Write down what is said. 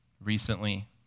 recently